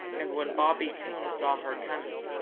and when bobby coon saw her coming,